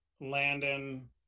Landon